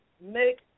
make